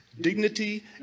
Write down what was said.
dignity